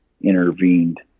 intervened